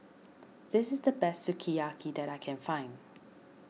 this is the best Sukiyaki that I can find